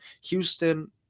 Houston